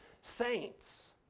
saints